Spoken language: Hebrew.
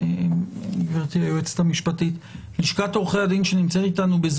הייעוץ המשפטי הציע להבנות במפורש את שיקול הדעת של השופט,